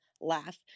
laugh